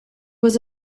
was